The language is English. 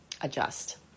adjust